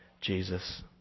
Jesus